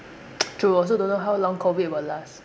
true also don't know how long COVID will last